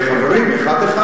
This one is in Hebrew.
חברים, אחד אחד.